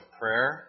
prayer